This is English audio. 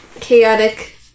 chaotic